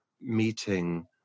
meeting